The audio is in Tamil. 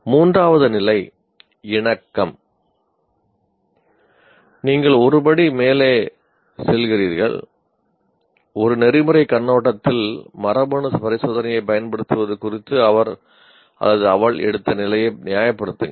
மூன்றாவது நிலை "இணக்கம்" நீங்கள் ஒரு படி மேலே செல்கிறீர்கள் ஒரு நெறிமுறைக் கண்ணோட்டத்தில் மரபணு பரிசோதனையைப் பயன்படுத்துவது குறித்து அவர் அல்லது அவள் எடுத்த நிலையை நியாயப்படுத்துங்கள்